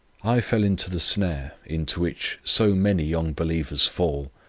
i fell into the snare, into which so many young believers fall,